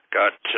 got